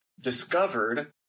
discovered